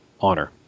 honor